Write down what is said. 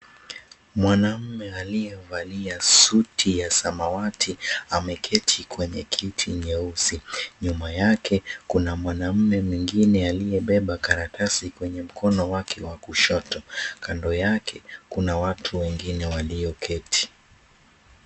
Mwanaume aliyevalia suti ya samawati ameketi kwenye kiti nyeusi. Nyuma yake kuna mwanaume mwingine aliyebeba karatasi kwenye mkono wake wa kushoto na kando yake kuna watu wengine walioketi.